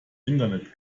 internet